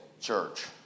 church